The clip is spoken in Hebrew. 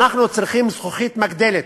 אנחנו צריכים זכוכית מגדלת.